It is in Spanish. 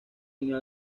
unió